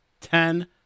ten